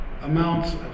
amounts